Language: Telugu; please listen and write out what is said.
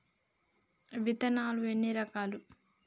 విత్తనాలు ఎన్ని రకాలు?